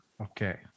Okay